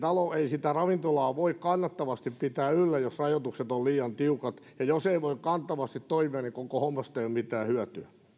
sitä ravintolaa voi kannattavasti pitää yllä jos rajoitukset ovat liian tiukat ja jos ei voi kattavasti toimia niin koko hommasta ei ole mitään